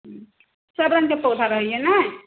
सभ रङ्गके पौधा रहैए ने